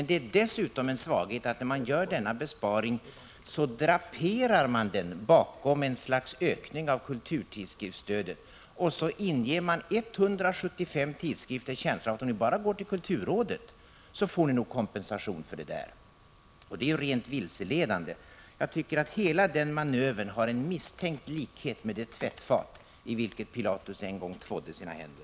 Det är dessutom en svaghet att när man gör denna besparing, draperar man den bakom ett slags ökning av kulturskriftsstödet, och så inger man 175 tidskrifter känslan att om de bara går till kulturrådet så får de nog kompensation för det uteblivna stödet till organisationstidskrifter. Det är rent vilseledande. Jag tycker att hela den manövern har en misstänkt likhet med det tvättfat i vilket Pilatus en gång tvådde sina händer.